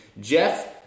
Jeff